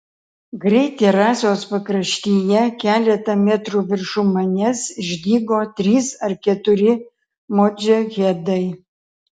greit terasos pakraštyje keletą metrų viršum manęs išdygo trys ar keturi modžahedai